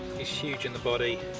is huge in the body